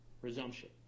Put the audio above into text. presumption